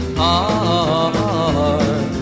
heart